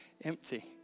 empty